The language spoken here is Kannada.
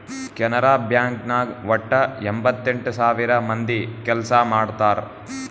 ಕೆನರಾ ಬ್ಯಾಂಕ್ ನಾಗ್ ವಟ್ಟ ಎಂಭತ್ತೆಂಟ್ ಸಾವಿರ ಮಂದಿ ಕೆಲ್ಸಾ ಮಾಡ್ತಾರ್